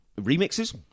remixes